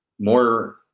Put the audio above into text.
more